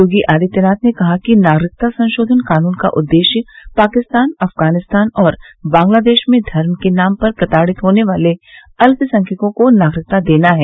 योगी आदित्यनाथ ने कहा कि नागरिकता संशोधन कानून का उद्देश्य पाकिस्तान अफगानिस्तान और बांग्लादेश में धर्म के नाम पर प्रताड़ित होने वाले अल्पसंख्यकों को नागरिकता देना है